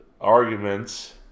arguments